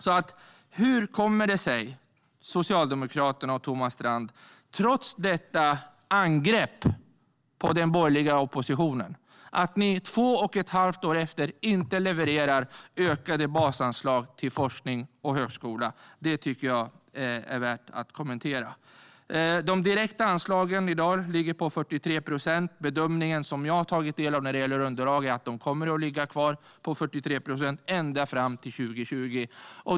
Socialdemokraterna och Thomas Strand! Hur kommer det sig att ni, trots detta angrepp på den borgerliga oppositionen, efter två och ett halvt år inte levererar ökade basanslag till forskning och högskola? Det tycker jag är värt att kommentera. De direkta anslagen ligger i dag på 43 procent. Bedömningen som jag har tagit del av när det gäller underlag är att de kommer att ligga kvar på 43 procent ända fram till 2020.